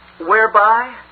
Whereby